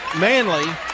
Manley